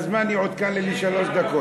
אני רוצה שר במליאה ושהזמן יעודכן לי לשלוש דקות.